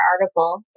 article